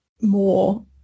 more